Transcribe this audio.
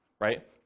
right